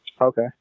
Okay